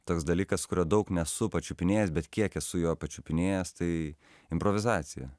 toks dalykas kurio daug nesu pačiupinėjęs bet kiek esu jo pačiupinėjęs tai improvizacija